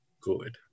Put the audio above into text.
good